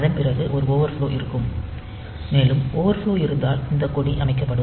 அதன் பிறகு ஒரு ஓவர்ஃப்லோ இருக்கும் மேலும் ஓவர்ஃப்லோ இருந்தால் இந்த கொடி அமைக்கப்படும்